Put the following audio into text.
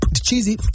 cheesy